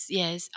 yes